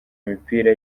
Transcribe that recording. imipira